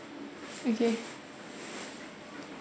okay